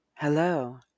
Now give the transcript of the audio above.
Hello